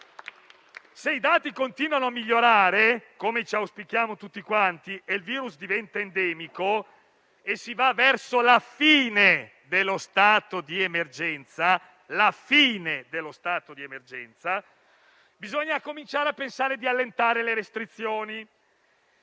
Se i dati continuano a migliorare, come auspichiamo tutti quanti, se il virus diventa endemico e si va verso la fine dello stato di emergenza, bisogna cominciare a pensare di allentare le restrizioni;